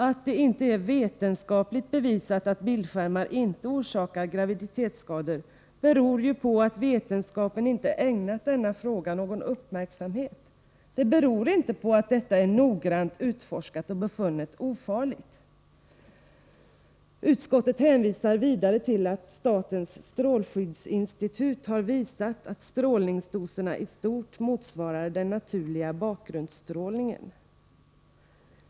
Att det inte är vetenskapligt bevisat att bildskärmar inte orsakar graviditetsskador beror ju på att vetenskapen inte ägnat denna fråga någon uppmärksamhet. Det beror inte på att detta är noggrant utforskat och befunnet ofarligt. Utskottet hänvisar vidare till att statens strålskyddsinstitut har visat att stråldoserna i stort motsvarar den naturliga bakgrundsstrålningen.